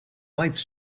lifes